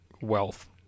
wealth